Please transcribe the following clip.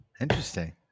interesting